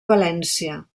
valència